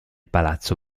palazzo